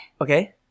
okay